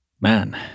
man